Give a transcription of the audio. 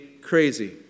crazy